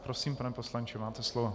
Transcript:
Prosím, pane poslanče, máte slovo.